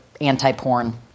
anti-porn